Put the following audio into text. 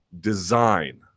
design